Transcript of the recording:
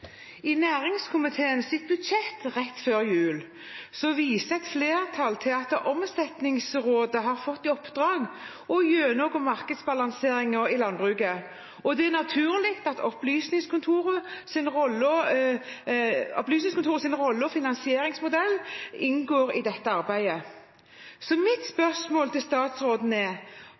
budsjett rett før jul viser et flertall til at Omsetningsrådet har fått i oppdrag å gjennomgå markedsbalanseringen i landbruket. Det er naturlig at Opplysningskontorets rolle og finansieringsmodell inngår i dette arbeidet. Mitt spørsmål til statsråden er: